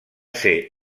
ser